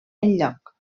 enlloc